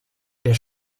der